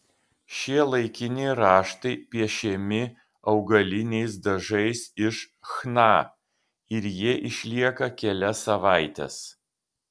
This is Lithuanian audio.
šie laikini raštai piešiami augaliniais dažais iš chna ir jie išlieka kelias savaites